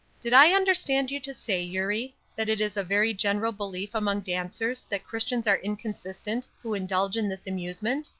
did i understand you to say, eurie, that it is a very general belief among dancers that christians are inconsistent who indulge in this amusement.